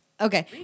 Okay